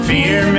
Fear